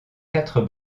quatre